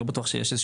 אני לא בטוח שיש.